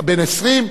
השאלה: ממי?